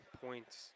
points